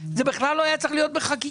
זה בכלל לא היה צריך להיות בחקיקה.